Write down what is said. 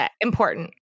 important